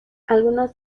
algunos